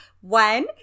one